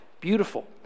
Beautiful